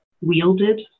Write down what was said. wielded